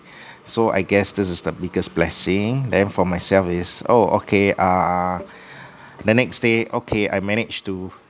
so I guess this is the biggest blessing then for myself is oh okay uh the next day okay I manage to